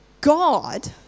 God